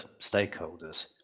stakeholders